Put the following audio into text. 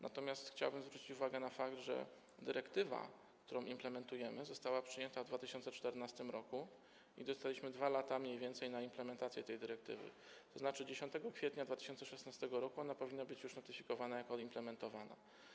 Natomiast chciałbym zwrócić uwagę na fakt, że dyrektywa, którą implementujemy, została przyjęta w 2014 r. i dostaliśmy mniej więcej 2 lata na implementację tej dyrektywy, tzn. 10 kwietnia 2016 r. ona powinna już być notyfikowana, jak i implementowana.